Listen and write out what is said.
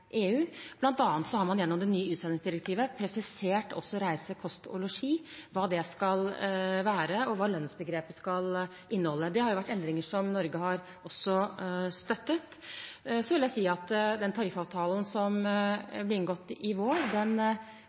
EU. Blant annet har man gjennom det nye utsendingsdirektivet også presisert hva reise, kost og losji skal være, og hva lønnsbegrepet skal inneholde. Dette har vært endringer som også Norge har støttet. Den tariffavtalen som ble inngått i vår,